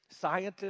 scientists